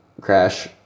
crash